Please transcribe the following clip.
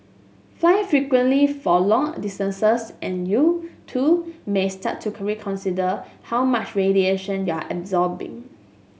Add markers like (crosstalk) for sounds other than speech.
fly frequently for long distances and you too may start to (unintelligible) consider how much radiation you're absorbing